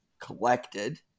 collected